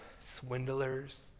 Swindlers